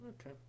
Okay